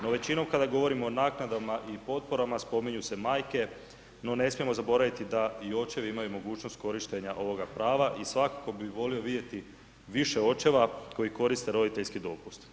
No većinom kada govorimo o naknadama i potporama spominju se majke, no ne smijemo zaboraviti da i očevi imaju mogućnost korištenja ovoga prava i svakako bi volio vidjeti više očeva koji koriste roditeljski dopust.